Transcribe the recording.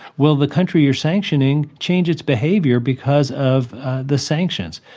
will the country you're sanctioning change its behavior because of the sanctions?